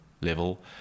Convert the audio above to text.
level